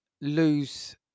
lose